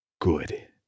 Good